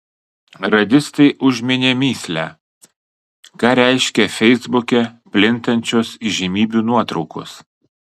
radistai užminė mįslę ką reiškia feisbuke plintančios įžymybių nuotraukos